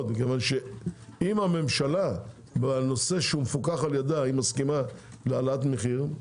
כי אם הממשלה בנושא שמפוקח על ידה מסכימה להעלאת מחיר,